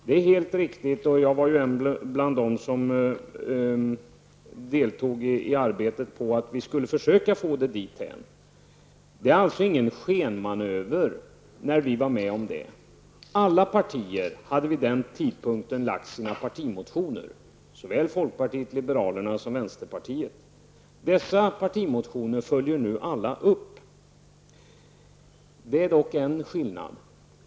Det är helt riktigt, och jag var en av dem som deltog i arbetet med att vi skulle försöka få det dithän. Det var alltså inte fråga någon skenmanöver när vi var med om det. Alla partier hade vid den tidpunkten väckt sina partimotioner, såväl folkpartiet liberalerna som vänsterpartiet. Dessa partimotioner följer nu alla upp. Det är dock en skillnad.